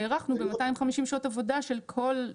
והערכנו ב-250 שעות עבודה של כל,